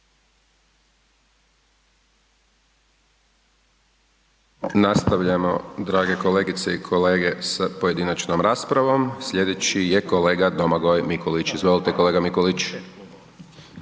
Nastavljamo drage kolegice i kolege sa pojedinačnom raspravom. Sljedeći je kolega Domagoj Mikulić. Izvolite kolega Mikulić.